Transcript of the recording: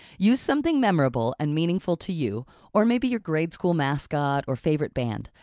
use something memorable and meaningful to you or maybe your grade school mascot or favorite band,